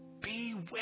Beware